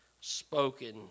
spoken